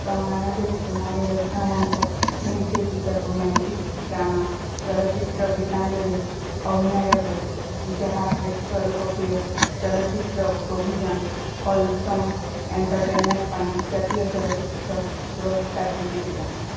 ଉଣେଇଶି ଅଣଲାବେରେ ସେ ମଣି ରତ୍ନମ ଙ୍କ ନିର୍ଦ୍ଦେଶିତ ରୋମାଣ୍ଟିକ୍ ଡ୍ରାମା ଚଳଚ୍ଚିତ୍ର ଗୀତାଞ୍ଜଳିରେ ଅଭିନୟ କରିଥିଲେ ଯାହା ଶ୍ରେଷ୍ଠ ଲୋକପ୍ରିୟ ଚଳଚ୍ଚିତ୍ର ପ୍ରୋଭିଜନ୍ ହୋଲସୋମ୍ ଏଣ୍ଟରଟେନମେଣ୍ଟ୍ ପାଇଁ ଜାତୀୟ ଚଳଚ୍ଚିତ୍ର ପୁରସ୍କାର ଜିତିଥିଲା